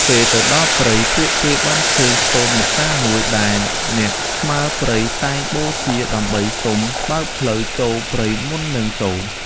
ពេលទៅដល់ព្រៃ ពួកគេបានឃើញខ្ទមអ្នកតាមួយ ដែលអ្នកថ្មើរព្រៃតែងបូជាដើម្បីសុំបើកផ្លូវចូលព្រៃមុននឹងចូល។